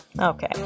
okay